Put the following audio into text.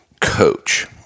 coach